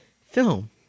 film